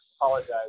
Apologize